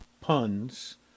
puns